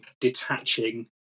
detaching